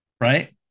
right